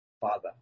Father